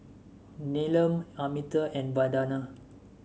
Neelam Amitabh and Vandana